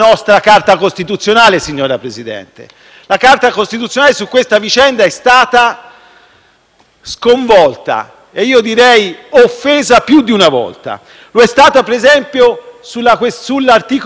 sconvolta e io direi offesa più di una volta; lo è stata, ad esempio, sull'articolo 67. Protagonisti di questa offesa sono stati tutti i parlamentari del